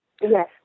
Yes